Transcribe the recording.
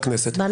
קודם